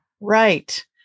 Right